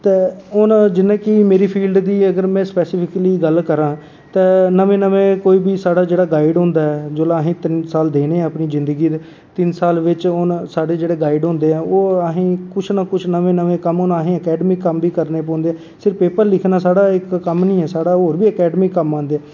ते हून जि'यां कि मेरी फील्ड दी अगर में स्पैसीफिकली गल्ल करां ते नमें नमें कोई बी साढ़ा जेह्ड़ा गाइड होंदा ऐ जेल्लै असें तीन साल देने अपनी जिंदगी दे ते तीन साल बिच हून ओह् साढ़े जेह्ड़े गाइड होंदे ओह् असेंगी कुछ ना कुछ नमें नमें कम्म ते असें इत्थै अकैड़मिक कम्म बी करने पौंदे सिर्फ पेपर लिखना साढ़ा इक्क कम्म निं ऐ साढ़ा होर बी अकैड़मिक कम्म आंदे